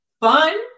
fun